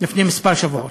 לפני כמה שבועות,